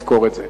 תזכור את זה.